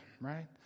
right